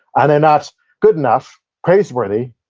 and they're not good enough, praise worthy,